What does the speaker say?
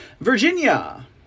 Virginia